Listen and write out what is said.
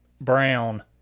Brown